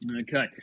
Okay